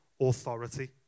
authority